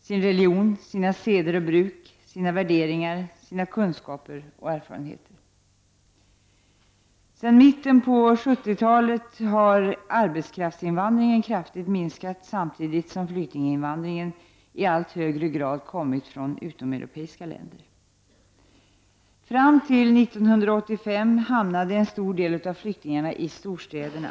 sin religion, sina seder och bruk, sina värderingar, sina kunskaper och erfarenheter. Sedan mitten av 1970-talet har arbetskraftsinvandringen kraftigt minskat samtidigt som flyktinginvandringen i allt högre grad kommit från utomeuropeiska länder. Fram till 1985 hamnade en stor del av flyktingarna i storstäderna.